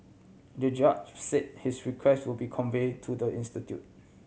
the judge said his request would be convey to the institute